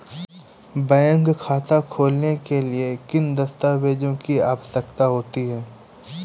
Bank खाता खोलने के लिए किन दस्तावेजों की आवश्यकता होती है?